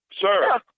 Sir